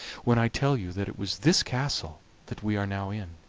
when i tell you that it was this castle that we are now in.